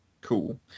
Cool